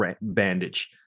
bandage